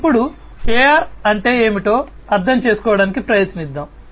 కాబట్టి ఇప్పుడు AR అంటే ఏమిటో అర్థం చేసుకోవడానికి ప్రయత్నిద్దాం